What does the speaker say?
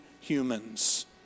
humans